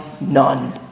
none